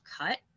cut